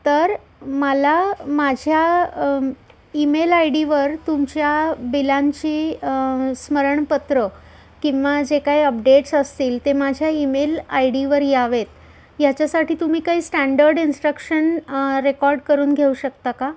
तर मला माझ्या ईमेल आय डीवर तुमच्या बिलांची स्मरणपत्रं किंवा जे काही अपडेट्स असतील ते माझ्या ईमेल आयडीवर यावेत याच्यासाठी तुम्ही काही स्टँडर्ड इन्स्ट्रक्शन रेकॉर्ड करून घेऊ शकता का